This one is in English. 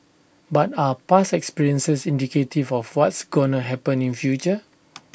but are past experiences indicative of what's gonna happen in future